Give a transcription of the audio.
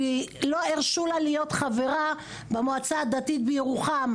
כי לא הרשו לה להיות חברה במועצה הדתית בירוחם,